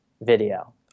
video